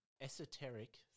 esoteric